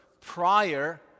prior